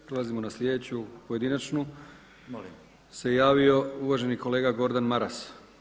Prelazimo na sljedeću, pojedinačnu, se javio uvaženi kolega Gordan Maras.